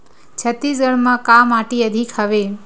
छत्तीसगढ़ म का माटी अधिक हवे?